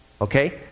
Okay